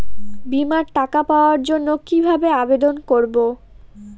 বিমার টাকা পাওয়ার জন্য কিভাবে আবেদন করব?